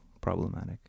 problematic